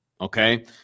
Okay